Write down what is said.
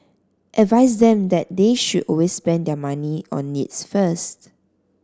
advise them that they should always spend their money on needs first